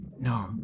No